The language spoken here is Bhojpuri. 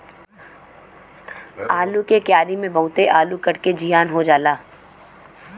आलू के क्यारी में बहुते आलू कट के जियान हो जाला